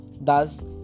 Thus